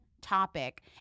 topic